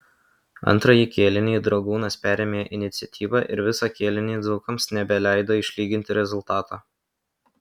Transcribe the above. antrąjį kėlinį dragūnas perėmė iniciatyvą ir visą kėlinį dzūkams nebeleido išlyginti rezultato